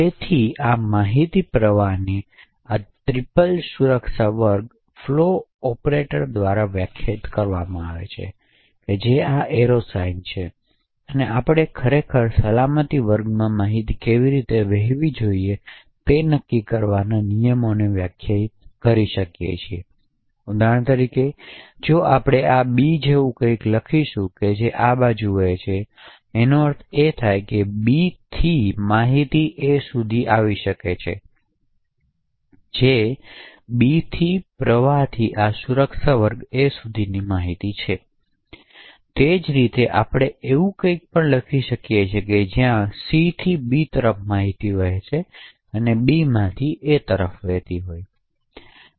તેથી આ માહિતી પ્રવાહને આ ત્રિપલ સુરક્ષા વર્ગ ફ્લો ઓપરેટર દ્વારા વ્યાખ્યાયિત કરવામાં આવે છે જે આ એરો સાઇન છે અને આપણે ખરેખર સલામતી વર્ગોમાં માહિતી કેવી રીતે વહેવી જોઈએ તે નક્કી કરવા નિયમોની વ્યાખ્યા આપી શકીએ છીએ ઉદાહરણ તરીકે જો આપણે આ બી જેવું કંઈક લખીશું જે એ બાજુ વહે છે તેનો અર્થ એ છે કે બીથી માહિતિ એ સુધી આવી શકે છે જે બી પ્રવાહથી આ સુરક્ષા વર્ગ A સુધીની માહિતી છે તેવી જ રીતે આપણે એવું કંઇક પણ લખી શકીએ છીએ જ્યાં સીથી બી તરફ માહિતી વહે છે અને બીમાંથી એ વહેતી હોય છે